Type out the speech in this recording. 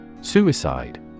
Suicide